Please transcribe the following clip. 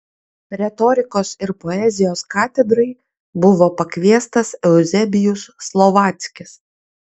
retorikos ir poezijos katedrai buvo pakviestas euzebijus slovackis